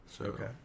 okay